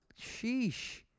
Sheesh